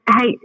Hey